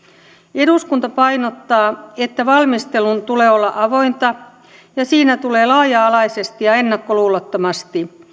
eduskunta painottaa että valmistelun tulee olla avointa ja siinä tulee laaja alaisesti ja ennakkoluulottomasti